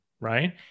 right